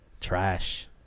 Trash